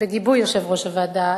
בגיבוי יושב-ראש הוועדה,